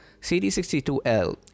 cd62l